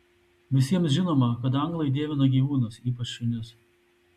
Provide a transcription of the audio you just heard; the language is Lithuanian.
visiems žinoma kad anglai dievina gyvūnus ypač šunis